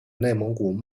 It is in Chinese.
内蒙古